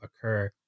occur